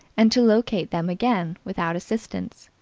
and to locate them again without assistance.